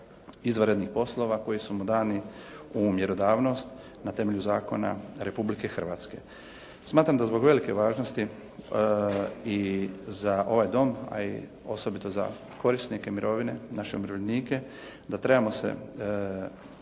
izvanrednih poslova koji su mu dani u mjerodavnost na temelju zakona Republike Hrvatske. Smatram da zbog velike važnosti i za ovaj Dom, a osobito za korisnike mirovine, naše umirovljenike, da trebamo se